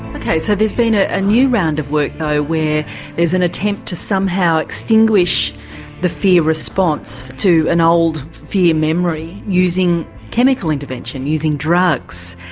ok, so there's been a new round of work, though, where there's an attempt to somehow extinguish the fear response to an old fear memory, using chemical intervention, using drugs,